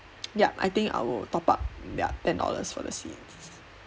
yup I think I will top up ya ten dollars for the seat